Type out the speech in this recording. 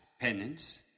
penance